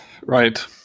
Right